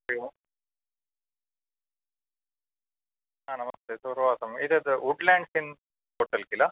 हरिः ओम् नमस्ते सुप्रभातम् एतत् वुड्लैण्ड् इन्न् होटल् खिल